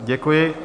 Děkuji.